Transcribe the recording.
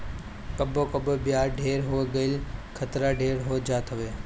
कबो कबो बियाज ढेर हो गईला खतरा ढेर हो जात हवे